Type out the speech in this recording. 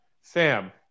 Sam